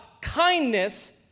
kindness